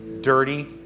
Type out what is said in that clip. dirty